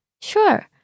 Sure